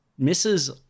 Mrs